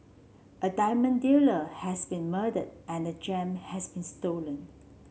a diamond dealer has been murdered and the gem has been stolen